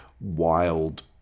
wild